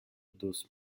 dos